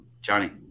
Johnny